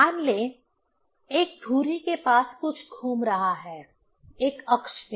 मान लें एक धुरी के पास कुछ घूम रहा है एक अक्ष में